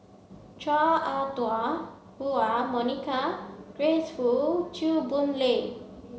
Chua Ah Huwa Monica Grace Fu Chew Boon Lay